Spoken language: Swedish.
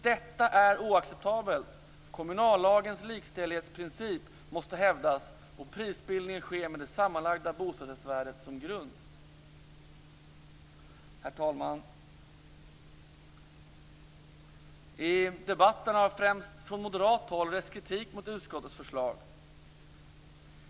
Detta är oacceptabelt. Kommunallagens likställighetsprincip måste hävdas och prisbildningen ske med det sammanlagda bostadsrättsvärdet som grund. Herr talman! I debatten har det främst från moderat håll rests kritik mot utskottets förslag.